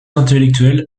intellectuels